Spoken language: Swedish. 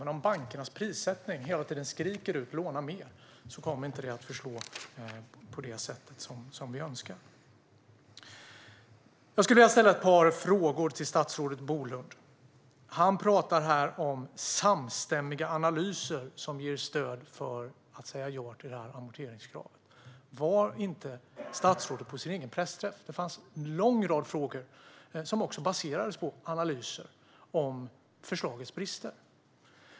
Men om bankernas prissättning hela tiden skriker ut "låna mer" kommer det inte att slå på det sätt som vi önskar. Jag skulle vilja ställa ett par frågor till statsrådet Bolund. Han talar om att samstämmiga analyser ger stöd för att säga ja till amorteringskravet. Var inte statsrådet på sin egen pressträff? Det fanns en lång rad frågor som också baserades på analyser av förslagets brister.